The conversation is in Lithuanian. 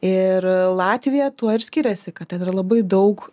ir latvija tuo ir skiriasi kad ten yra labai daug